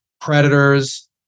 predators